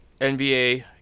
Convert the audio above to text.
NBA